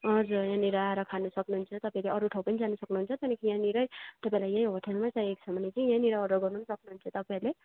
हजुर यहाँनिर आएर खानु सक्नु हुन्छ तपाईँहरू अरू ठाउँ नि जान सक्नु हुन्छ त्यहाँदेखि यहाँनिरै तपाईँलाई यही होटेलमा चाहिएको छ भने चाहिँ यहाँनेर अर्डर गर्नु नि सक्नु हुन्छ तपाईँहरूले